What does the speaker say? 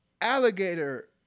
alligator